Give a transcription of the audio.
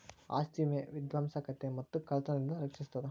ಆಸ್ತಿ ವಿಮೆ ವಿಧ್ವಂಸಕತೆ ಮತ್ತ ಕಳ್ತನದಿಂದ ರಕ್ಷಿಸ್ತದ